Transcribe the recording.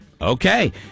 Okay